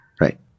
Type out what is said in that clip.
right